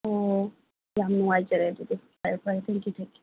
ꯑꯣ ꯌꯥꯝ ꯅꯨꯡꯉꯥꯏꯖꯔꯦ ꯑꯗꯨꯗꯤ ꯐꯔꯦ ꯐꯔꯦ ꯊꯦꯡꯛ ꯌꯨ ꯊꯦꯡꯛ ꯌꯨ